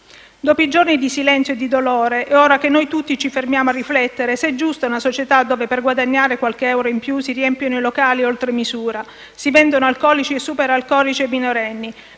Dopo i giorni di silenzio e di dolore è ora che noi tutti ci fermiamo a riflettere se è giusta una società dove per guadagnare qualche euro in più si riempiono i locali oltre misura, si vendono alcolici e superalcolici ai minorenni,